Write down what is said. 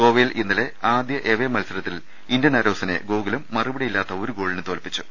ഗോവയിൽ ഇന്നലെ ആദൃ എവേ മത്സരത്തിൽ ഇന്തൃൻ ആരോസിനെ ഗോകുലം മറുപടിയില്ലാത്ത ഒരുഗോളിന് തോൽപ്പിച്ചു